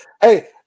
Hey